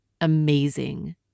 amazing